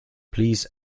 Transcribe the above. please